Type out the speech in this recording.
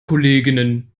kolleginnen